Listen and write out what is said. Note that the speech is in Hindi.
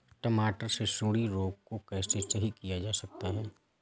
टमाटर से सुंडी रोग को कैसे सही किया जा सकता है?